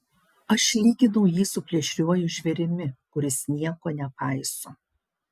aš lyginau jį su plėšriuoju žvėrimi kuris nieko nepaiso